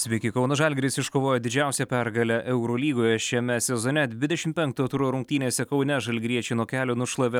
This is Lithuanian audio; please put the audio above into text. sveiki kauno žalgiris iškovojo didžiausią pergalę eurolygoje šiame sezone dvidešimt penkto turo rungtynėse kaune žalgiriečiai nuo kelio nušlavė